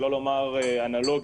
שלא לומר אנלוגי.